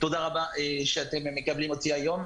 תודה רבה שאתם מקבלים אותי היום.